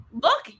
Look